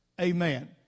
Amen